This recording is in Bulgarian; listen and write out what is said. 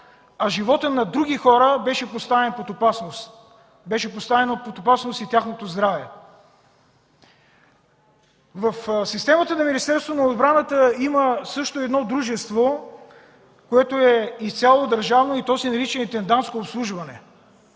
под опасност, беше поставено под опасност и тяхното здраве. В системата на Министерството на отбраната също има едно дружество, което е изцяло държавно, и то се нарича „Интендантско обслужване”.